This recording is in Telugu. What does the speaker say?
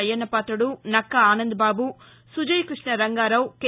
అయ్యన్నపాతుడు నక్కా ఆనందబాబు సుజయ కృష్ణరంగారావు కె